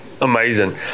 Amazing